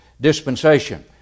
dispensation